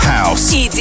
House